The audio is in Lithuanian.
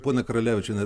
ponia karalevičiene